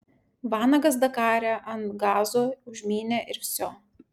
vanagas dakare ant gazo užmynė ir vsio